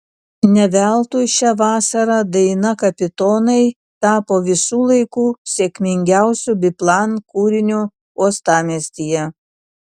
ne veltui šią vasarą daina kapitonai tapo visų laikų sėkmingiausiu biplan kūriniu uostamiestyje